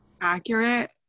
accurate